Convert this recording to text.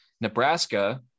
Nebraska